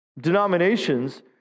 denominations